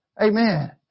Amen